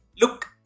Look